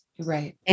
Right